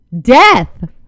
Death